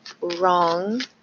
wrong